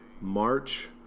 March